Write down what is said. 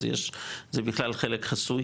אז זה בכלל חלק חסוי,